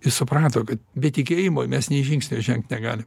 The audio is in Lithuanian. jis suprato kad be tikėjimo mes nei žingsnio žengt negalim